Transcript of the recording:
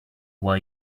why